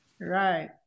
Right